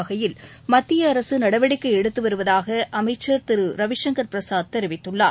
வகையில் மத்திய அரசு நடவடிக்கை எடுத்து வருவதாக அமைச்சர் திரு ரவிசங்கர் பிரசாத் தெரிவித்துள்ளார்